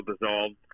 dissolved